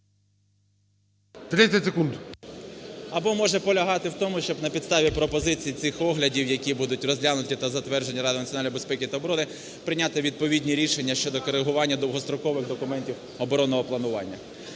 Або може полягати в тому, щоб на підставі пропозицій цих оглядів, які будуть розглянуті та затверджені Радою національної безпеки та оборони, прийняти відповідні рішення щодо корегування довгострокових документів оборонного планування.